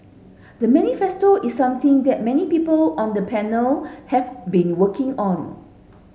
the manifesto is something that many people on the panel have been working on